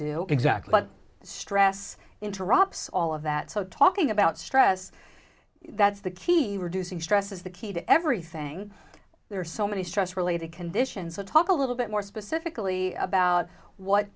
do exactly what stress interrupts all of that so talking about stress that's the key reducing stress is the key to everything there are so many stress related conditions the talk a little bit more specifically about what